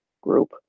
group